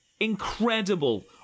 incredible